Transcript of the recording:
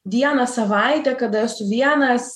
dieną savaitę kada esu vienas